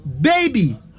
baby